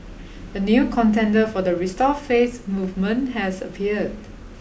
a new contender for the restore faith movement has appeared